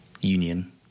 union